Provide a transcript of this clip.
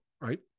right